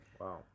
Wow